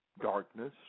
darkness